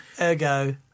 Ergo